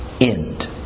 end